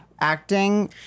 Acting